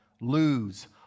lose